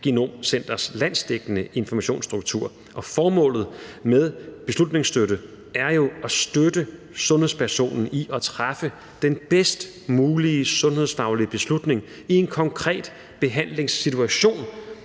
genomcenters landsdækkende informationsstruktur. Formålet med beslutningsstøtte er jo at støtte sundhedspersonen i at træffe den bedst mulige sundhedsfaglige beslutning i en konkret behandlingssituation